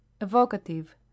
Evocative